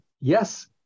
yes